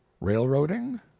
Railroading